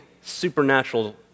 supernatural